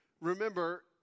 Remember